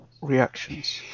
reactions